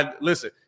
Listen